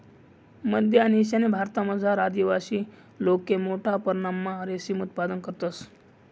मध्य आणि ईशान्य भारतमझार आदिवासी लोके मोठा परमणमा रेशीम उत्पादन करतंस